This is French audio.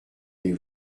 les